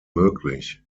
möglich